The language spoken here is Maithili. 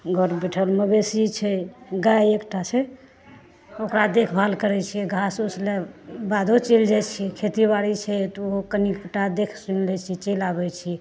घर पर बैठल मवेशी छै गाय एकटा छै ओकरा देखभाल करैत छियै घास ओस लाबि बाधो चलि जाइत छियै खेतियो बाड़ी छै तऽ ओहो कनिक टा देखि सुनि लै छियै चलि आबैत छियै